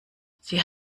sie